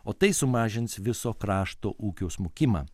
o tai sumažins viso krašto ūkio smukimą